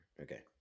Okay